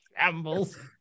Shambles